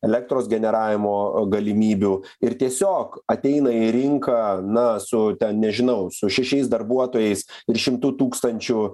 elektros generavimo galimybių ir tiesiog ateina į rinką na su ten nežinau su šešiais darbuotojais ir šimtu tūkstančių